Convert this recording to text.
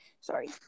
Sorry